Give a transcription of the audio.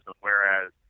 whereas